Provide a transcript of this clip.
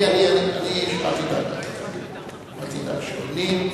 אל תדאג לשעונים.